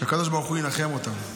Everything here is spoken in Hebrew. שהקדוש ברוך הוא ינחם אותם.